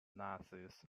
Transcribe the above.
nazis